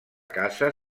casa